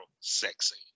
sexy